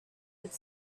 had